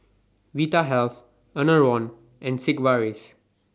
Vitahealth Enervon and Sigvaris